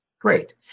Great